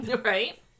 Right